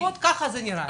לפחות ככה זה נראה.